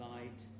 Light